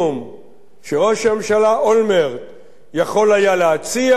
שראש הממשלה אולמרט יכול היה להציע אינו